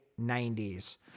90s